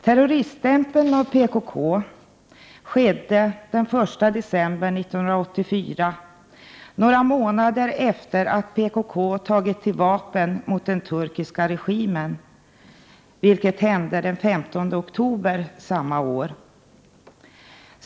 Terroriststämpeln av PKK skedde den 1 december 1984, några månader efter det att PKK tagit till vapen mot den turkiska regimen, vilket hände den 15 oktober samma år.